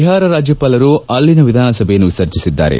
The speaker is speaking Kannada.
ಬಿಹಾರ್ ರಾಜ್ಯಪಾಲರು ಅಲ್ಲಿನ ವಿಧಾನಸಭೆಯನ್ನು ವಿಸರ್ಜಿಸಿದ್ದಾರೆ